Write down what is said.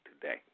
today